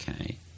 okay